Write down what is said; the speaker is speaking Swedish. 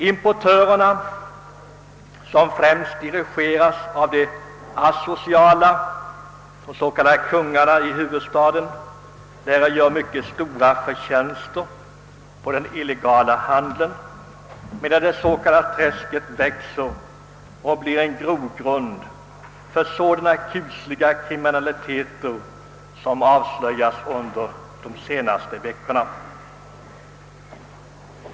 Importörerna, som främst dirigeras av de asociala s.k. kungarna i huvudstaden, lär göra mycket stora förtjänster på den illegala handeln, medan det s.k. träsket växer och blir en grogrund för sådan kuslig kriminalitet, som avslöjats under de senaste veckorna.